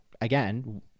again